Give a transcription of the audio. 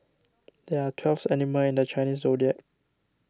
there are twelve animals in the Chinese zodiac